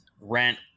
rent